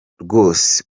rwose